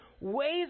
ways